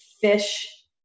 fish